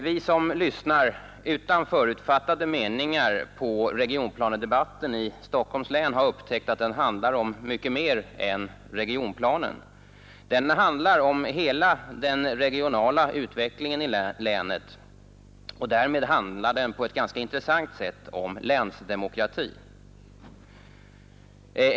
Vi som utan förutfattade meningar lyssnar på regionplanedebatten i Stockholms län har upptäckt att denna handlar om mycket mer än regionplanen; den handlar om hela den regionala utvecklingen i länet, och därmed handlar den på ett ganska intressant sätt om länsdemokrati.